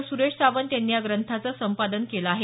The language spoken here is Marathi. सुरेश सावंत यांनी या ग्रंथाचं संपादन केलं आहे